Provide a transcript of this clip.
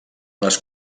les